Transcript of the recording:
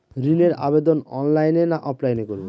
ঋণের আবেদন অনলাইন না অফলাইনে করব?